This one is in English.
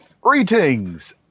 Greetings